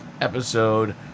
Episode